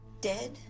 dead